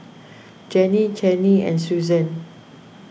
Jenny Channie and Susann